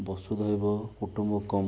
ବସୁଧୈବ କୁଟୁମ୍ବକମ୍